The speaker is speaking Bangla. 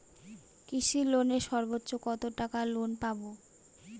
কৃষি লোনে সর্বোচ্চ কত টাকা লোন পাবো?